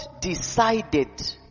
decided